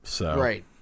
Right